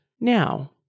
Now